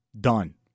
Done